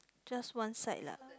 just one side lah